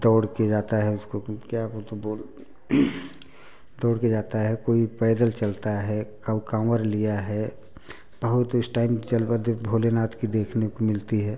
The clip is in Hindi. दौड़ कर जाता है उसको कि क्या बोलते हैं बोल दौड़ कर जाता है कोई पैदल चलता है कोई काँवड़ लिया है बहुत इस टाइम जलवा भोलेनाथ की देखने को मिलती है